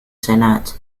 senate